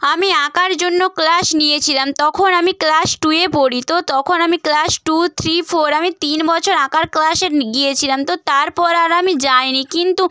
আমি আঁকার জন্য ক্লাস নিয়েছিলাম তখন আমি ক্লাস টুয়ে পড়ি তো তখন আমি ক্লাস টু থ্রি ফোর আমি তিন বছর আঁকার ক্লাসে গিয়েছিলাম তো তারপর আর আমি যাইনি কিন্তু